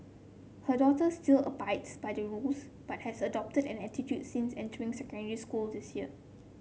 her daughter still abides by the rules but has adopted an attitude since entering secondary school this year